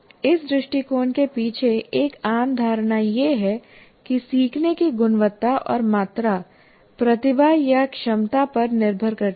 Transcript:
इस दृष्टिकोण के पीछे एक आम धारणा यह है कि सीखने की गुणवत्ता और मात्रा प्रतिभा या क्षमता पर निर्भर करती है